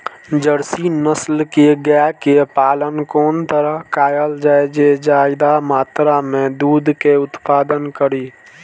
Jersey नस्ल के गाय के पालन कोन तरह कायल जाय जे ज्यादा मात्रा में दूध के उत्पादन करी?